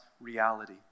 reality